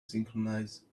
synchronize